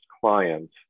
client